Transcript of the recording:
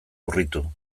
urritu